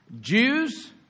Jews